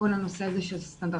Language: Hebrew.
כל הנושא הזה של סטנדרטיזציה.